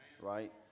right